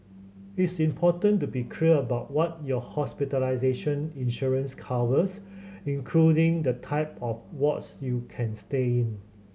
it's important to be clear about what your hospitalization insurance covers including the type of wards you can stay in